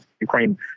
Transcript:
Ukraine